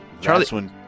Charlie